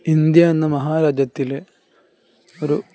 India എന്ന മഹാരാജ്യത്തില് ഒരു